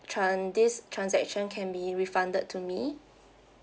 tran~ this transaction can be refunded to me